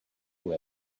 who